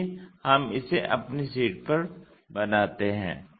आइए हम इसे अपनी शीट पर बनाते हैं